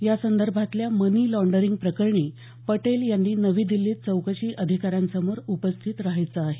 यासंदर्भातल्या money laundering प्रकरणी पटेल यांनी नवी दिल्लीत चौकशी अधिकाऱ्यांसमोर उपस्थित रहायचं आहे